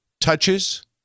touches